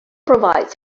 provides